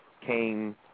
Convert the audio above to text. came